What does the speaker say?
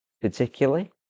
particularly